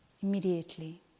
Immediately